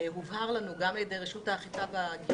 הובהר לנו גם על ידי רשות האכיפה וההגירה,